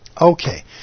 Okay